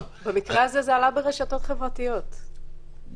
אפילו טוב ממני ואני לא חושבת שאני יכולה להוסיף.